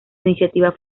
iniciativa